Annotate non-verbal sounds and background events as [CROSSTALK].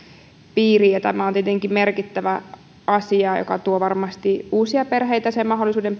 piiriin tämä on tietenkin merkittävä asia joka tuo varmasti uusia perheitä sen mahdollisuuden [UNINTELLIGIBLE]